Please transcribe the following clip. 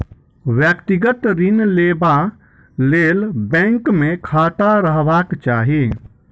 व्यक्तिगत ऋण लेबा लेल बैंक मे खाता रहबाक चाही